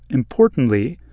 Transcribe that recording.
importantly,